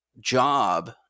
job